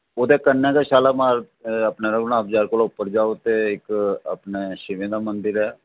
ओह्दे कन्नै गै शालामार एह् रघुनाथ बजार कोला उप्पर जाओ ते इक अपने शिवें दा मंदर ऐ